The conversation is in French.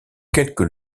quelques